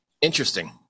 Interesting